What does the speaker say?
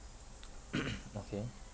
okay